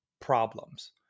problems